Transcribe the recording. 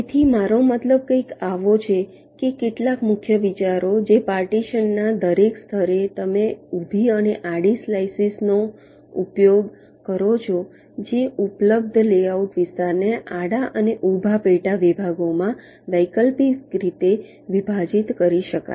તેથી મારો મતલબ કંઈક આવો છે કે કેટલાક મુખ્ય વિચારો જે પાર્ટીશનના દરેક સ્તરે તમે ઊભી અને આડી સ્લાઇસેસનો ઉપયોગ કરો છો જેથી ઉપલબ્ધ લેઆઉટ વિસ્તારને આડા અને ઊભી પેટા વિભાગોમાં વૈકલ્પિક રીતે વિભાજિત કરી શકાય